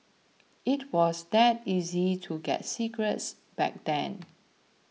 it was that easy to get cigarettes back then